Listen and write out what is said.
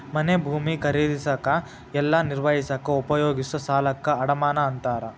ಮನೆ ಭೂಮಿ ಖರೇದಿಸಕ ಇಲ್ಲಾ ನಿರ್ವಹಿಸಕ ಉಪಯೋಗಿಸೊ ಸಾಲಕ್ಕ ಅಡಮಾನ ಅಂತಾರ